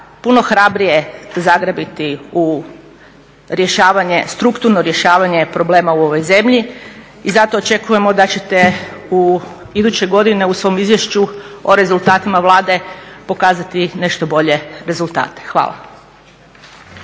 puno hrabrije zagrabiti u strukturno rješavanje problema u ovoj zemlji. I zato očekujemo da ćete iduće godine u svom izvješću o rezultatima Vlade pokazati nešto bolje rezultate. Hvala.